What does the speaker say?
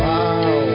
Wow